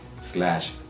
slash